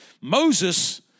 Moses